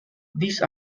these